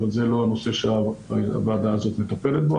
אבל זה לא הנושא שהוועדה הזאת מטפלת בו.